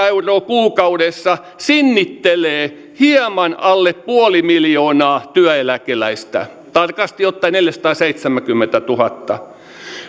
euroa kuukaudessa sinnittelee hieman alle puoli miljoonaa työeläkeläistä tarkasti ottaen neljäsataaseitsemänkymmentätuhatta